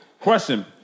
Question